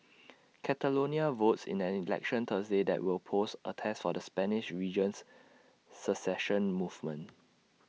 Catalonia votes in an election Thursday that will pose A test for the Spanish region's secession movement